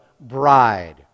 bride